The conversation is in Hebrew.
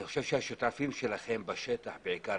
אני חושב שהשותפים שלכם בשטח הם בעיקר